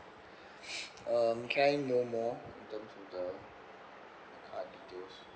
um can I know more in terms of the card details